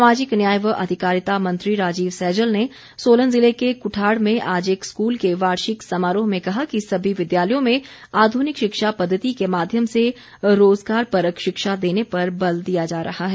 सामाजिक न्याय व अधिकारिता मंत्री राजीव सैजल ने सोलन ज़िले के कुठाड़ में आज एक स्कूल के वार्षिक समारोह में कहा कि सभी विद्यालयों में आध्निक शिक्षा पद्धति के माध्यम से रोजगारपरक शिक्षा देने पर बल दिया जा रहा है